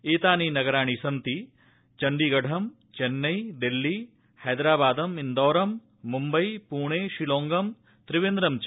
एतानि नगराणि सन्ति चण्डीगढम् चेन्नई दिल्ली हैदराबादम् इन्दौरम् मुम्बई पुणे शिलौंगम् त्रिवेन्द्रम् च